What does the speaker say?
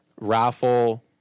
Raffle